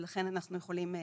ולכן אנחנו יכולים,